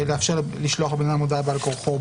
לאפשר לשלוח לאדם הודעה בעל כורחו,